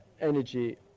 energy